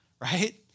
right